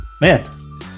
Man